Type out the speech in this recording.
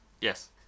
Yes